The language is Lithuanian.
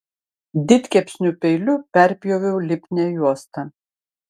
didkepsnių peiliu perpjoviau lipnią juostą